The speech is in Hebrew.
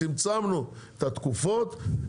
צמצמנו את התקופות,